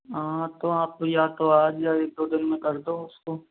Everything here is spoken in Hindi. हाँ तो आप या तो आज या एक दो दिन में कर दो उसको